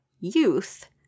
youth